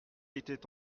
était